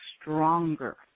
stronger